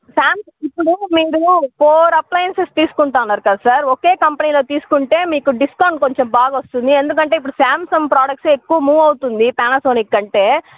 Samsung ఇప్పుడు మీరు four appliances తీసుకుంటాను అన్నారు కదా సార్ ఒకే కంపెనీలో తీసుకుంటే మీకు డిస్కౌంట్ కొంచెం బాగా వస్తుంది ఎందుకంటే ఇప్పుడు శాంసంగ్ ప్రాడక్ట్స్ ఎక్కువ మూవ్ అవుతుంది ప్యానాసోనిక్ కంటే